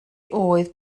oedd